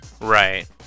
Right